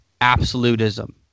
Absolutism